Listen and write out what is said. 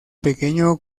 pequeño